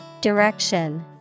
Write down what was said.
Direction